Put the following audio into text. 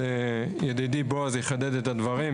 ידידי בועז יחדד את הדברים.